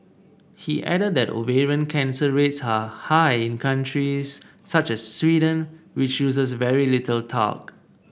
he added that ovarian cancer rates are high in countries such as Sweden which uses very little talc